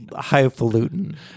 highfalutin